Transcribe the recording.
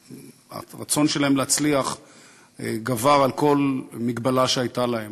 שהרצון שלהם להצליח גבר על כל מגבלה שהייתה להם.